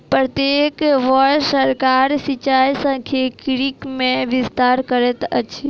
प्रत्येक वर्ष सरकार सिचाई सांख्यिकी मे विस्तार करैत अछि